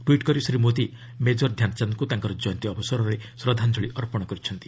tweet କରି Shri Modi major ଧ୍ୟାନଚାନ୍ଦଙ୍କୁ ତାଙ୍କର ଜୟନ୍ତୀ ଅବସରରେ ଶ୍ରଦ୍ଧାଞ୍ଜଳି ଅର୍ପଣ କରିଛନ୍ତି